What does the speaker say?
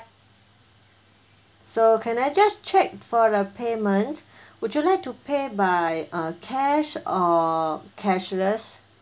so can I just check for a payment would you like to pay by uh cash or cashless